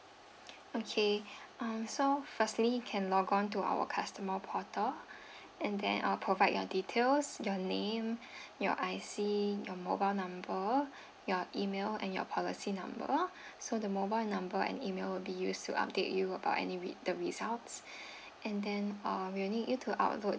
okay um so firstly can log on to our customer portal and then uh provide your details your name your I_C your mobile number your email and your policy number so the mobile number and email will be used to update you about any re~ the results and then uh we need you to upload